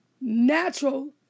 natural